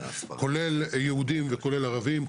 כולל יהודים וכולל ערבים,